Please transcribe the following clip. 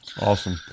Awesome